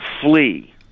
flee